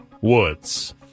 Woods